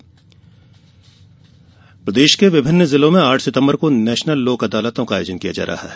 national Lok Adalat प्रदेश के विभिन्न जिलों में आठ सितम्बर को नेशनल लोक अदालतों का आयोजन किया जा रहा है